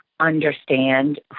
understand